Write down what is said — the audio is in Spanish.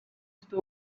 está